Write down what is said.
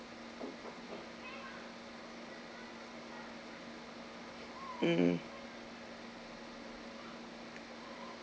mm